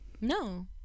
No